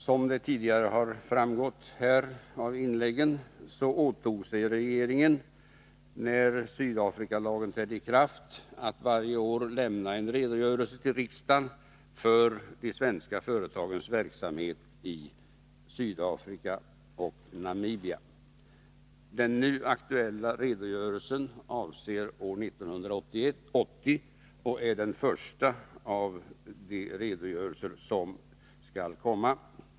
Som det tidigare har framgått här av inläggen åtog sig regeringen, när Sydafrikalagen trädde i kraft, att varje år lämna en redogörelse till riksdagen för de svenska företagens verksamhet i Sydafrika och Namibia. Den nu aktuella redogörelsen avser år 1980 och är den första av de redogörelser som skall komma.